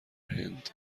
هند